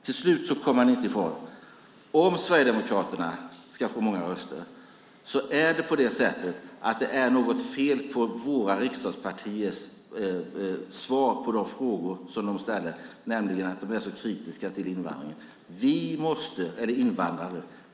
Till slut kommer man inte ifrån att om Sverigedemokraterna får många röster är det något fel på våra riksdagspartiers svar på de frågor som de ställer, nämligen att de är så kritiska till invandrare.